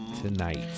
tonight